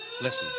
Listen